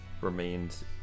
remains